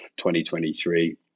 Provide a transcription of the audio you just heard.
2023